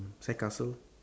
sandcastle